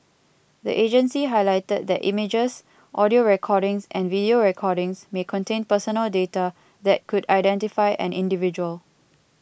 the agency highlighted that images audio recordings and video recordings may contain personal data that could identify an individual